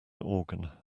organ